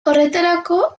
horretarako